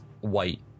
white